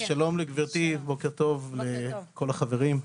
שלום לגברתי, בוקר טוב לכל החברים.